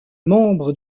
membres